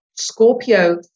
scorpio